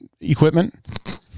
equipment